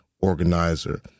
organizer